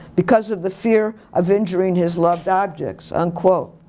because of the fear of injuring his loved objects, unquote.